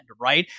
right